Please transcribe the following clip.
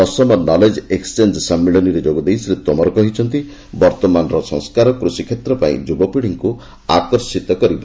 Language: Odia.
ଦଶମ 'ନଲେଜ୍ ଏକ୍ନଚେଞ୍ଜ୍' ସମ୍ମିଳନୀରେ ଯୋଗଦେଇ ଶ୍ରୀ ତୋମର କହିଛନ୍ତି ବର୍ଭମାନର ସଂସ୍କାର କୃଷି କ୍ଷେତ୍ର ପାଇଁ ଯୁବପିଢ଼ିଙ୍କୁ ଆକର୍ଷିତ କରିବ